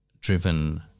driven